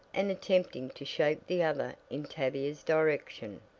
and attempting to shake the other in tavia's direction.